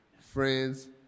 Friends